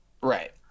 right